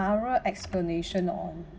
thorough explanation on